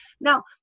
Now